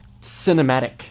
cinematic